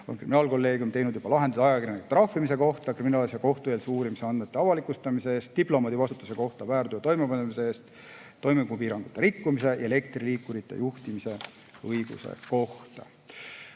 on kriminaalkolleegium juba teinud lahendeid ajakirjanike trahvimise kohta kriminaalasja kohtueelse uurimise andmete avalikustamise eest, diplomaadi vastutuse kohta väärteo toimepanemise eest ning toimingupiirangute rikkumise ja elektriliikurite juhtimise õiguse kohta.